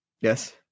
Yes